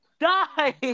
die